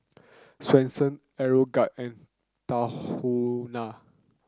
Swensens Aeroguard and Tahuna